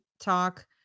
talk